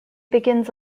begins